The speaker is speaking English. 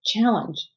challenge